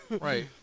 Right